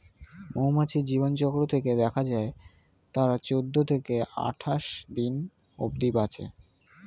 মৌমাছির জীবনচক্র থেকে দেখা যায় তারা চৌদ্দ থেকে আটাশ দিন অব্ধি বাঁচে